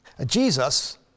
Jesus